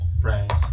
friends